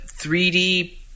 3D